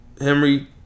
Henry